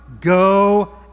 Go